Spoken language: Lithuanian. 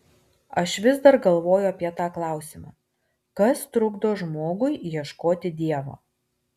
aš vis dar galvoju apie tą klausimą kas trukdo žmogui ieškoti dievo